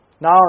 now